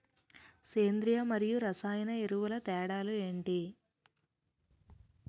సేంద్రీయ మరియు రసాయన ఎరువుల తేడా లు ఏంటి?